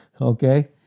Okay